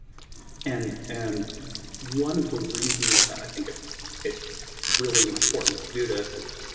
and and one of the reasons that i think it's it's really important to do this is,